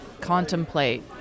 contemplate